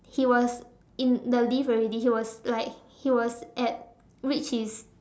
he was in the lift already he was like he was at reach his